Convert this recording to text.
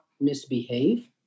misbehave